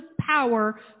power